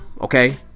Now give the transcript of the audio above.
okay